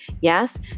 Yes